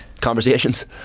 conversations